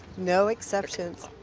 no exceptions.